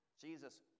Jesus